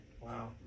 Wow